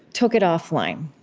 took it offline.